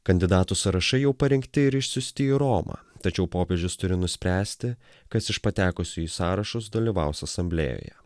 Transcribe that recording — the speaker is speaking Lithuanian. kandidatų sąrašai jau parengti ir išsiųsti į romą tačiau popiežius turi nuspręsti kas iš patekusių į sąrašus dalyvaus asamblėjoje